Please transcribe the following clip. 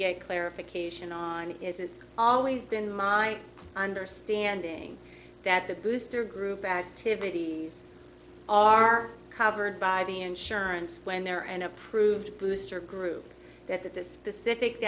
get clarification on is it's always been my understanding that the booster group activities are covered by the insurance when they're an approved booster group that this specific